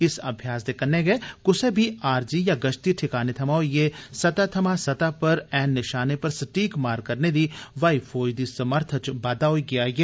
इस अभ्यास दे कन्नै गै कुसै बी आरजी या गश्ती ठकाने थमां होइयै सतह थमां सतह पर ऐन नशाने पर स्टीक मार करने दी ब्हाई फौज दी समर्थ च बाद्दा होआ ऐ